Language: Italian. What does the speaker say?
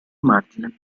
margine